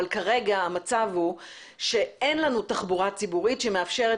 אבל כרגע המצב הוא שאין לנו תחבורה ציבורית שמאפשרת